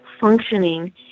functioning